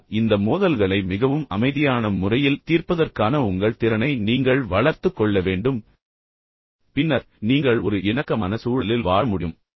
ஆனால் இந்த மோதல்களை மிகவும் அமைதியான முறையில் தீர்ப்பதற்கான உங்கள் திறனை நீங்கள் வளர்த்துக் கொள்ள வேண்டும் பின்னர் நீங்கள் ஒரு இணக்கமான சூழலில் வாழ முடியும்